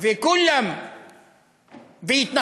ותהיה תמיכה של הכנסת?